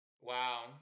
Wow